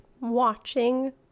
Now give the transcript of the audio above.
Watching